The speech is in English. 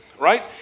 right